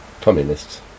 communists